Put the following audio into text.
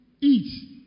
eat